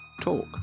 talk